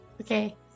Okay